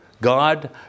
God